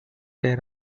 their